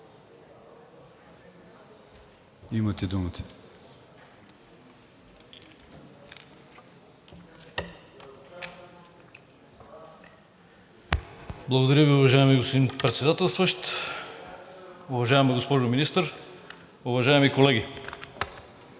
ЕНЧЕВ (ДПС): Благодаря Ви, уважаеми господин Председателстващ, уважаема госпожо Министър, уважаеми колеги!